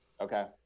Okay